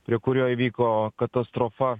prie kurio įvyko katastrofa